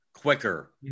quicker